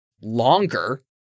longer